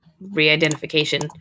re-identification